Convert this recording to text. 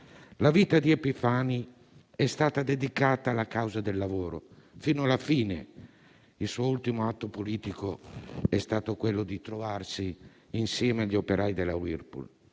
La vita di Epifani è stata dedicata alla causa del lavoro, fino alla fine; il suo ultimo atto politico è stato quello di trovarsi insieme agli operai della Whirlpool.